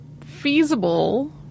feasible